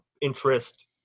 interest